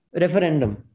referendum